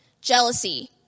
jealousy